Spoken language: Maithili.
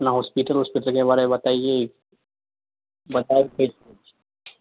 अपना हॉस्पिटल ओस्पिटलके बारेमे बताइये बताउ फेर कहैत छी